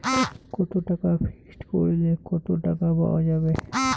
কত টাকা ফিক্সড করিলে কত টাকা পাওয়া যাবে?